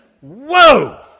Whoa